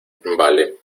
vale